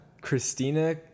Christina